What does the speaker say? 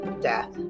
death